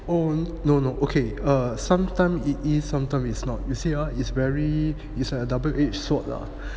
oh no no okay err sometime it is sometime is not you see ah is very is like a double edged sword lah